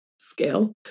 scale